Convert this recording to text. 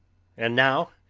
and now.